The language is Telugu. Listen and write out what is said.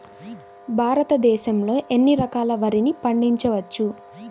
భారతదేశంలో ఎన్ని రకాల వరిని పండించవచ్చు